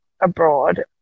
abroad